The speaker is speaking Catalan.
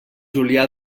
julià